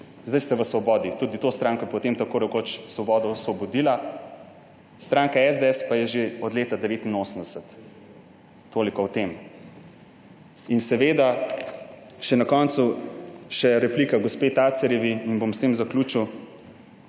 Zdaj ste v Svobodi. Tudi to stranko je potem tako rekoč Svoboda osvobodila, stranka SDS pa je že od leta 1989. Toliko o tem. Na koncu še replika gospe Tacerjevi in bom s tem zaključil.